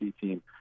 team